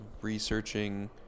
researching